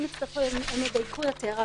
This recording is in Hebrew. אם יצטרכו הם ידייקו יותר.